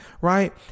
right